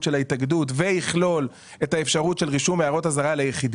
של ההתאגדות ויכלול את האפשרות של רישום הערות אזהרה ליחידים.